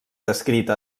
descrita